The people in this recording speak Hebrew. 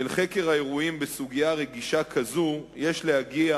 אל חקר האירועים בסוגיה רגישה כזאת יש להגיע